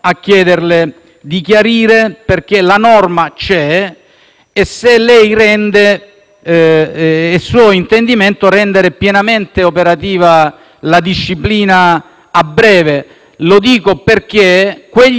c'è, se è suo intendimento rendere pienamente operativa la disciplina a breve. Lo dico perché gli operatori che hanno condiviso con noi quel percorso legislativo